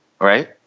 right